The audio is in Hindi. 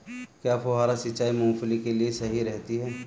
क्या फुहारा सिंचाई मूंगफली के लिए सही रहती है?